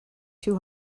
two